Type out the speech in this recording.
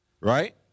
right